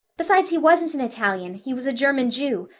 besides, he wasn't an italian he was a german jew.